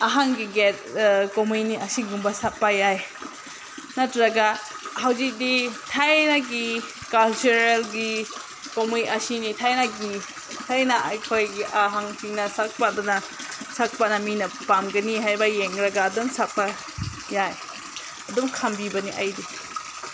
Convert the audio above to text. ꯑꯍꯟꯒꯤ ꯒꯦꯠ ꯀꯨꯝꯃꯩꯅꯤ ꯑꯁꯤꯒꯨꯝꯕ ꯁꯛꯄ ꯌꯥꯏ ꯅꯠꯇ꯭ꯔꯒ ꯍꯧꯖꯤꯛꯇꯤ ꯊꯥꯏꯅꯒꯤ ꯀꯜꯆꯔꯦꯜꯒꯤ ꯀꯨꯝꯃꯩ ꯑꯁꯤꯅꯤ ꯊꯥꯏꯅꯒꯤ ꯊꯥꯏꯅ ꯑꯩꯈꯣꯏꯒꯤ ꯑꯍꯜꯁꯤꯡꯅ ꯁꯛꯄꯗꯨꯅ ꯁꯛꯄꯅ ꯃꯤꯅ ꯄꯥꯝꯒꯅꯤ ꯍꯥꯏꯕ ꯌꯦꯡꯂꯒ ꯑꯗꯨꯝ ꯁꯛꯄ ꯌꯥꯏ ꯑꯗꯨꯝ ꯈꯟꯕꯤꯕꯅꯦ ꯑꯩꯗꯤ